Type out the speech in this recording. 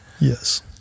Yes